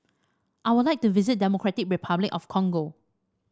I would like to visit Democratic Republic of Congo